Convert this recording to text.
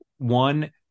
one